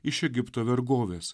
iš egipto vergovės